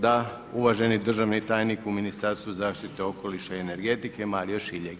Da, uvaženi državni tajnik u Ministarstvu zaštite okoliša i energetike Mario Šiljeg.